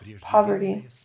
poverty